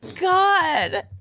God